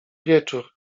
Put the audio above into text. wieczór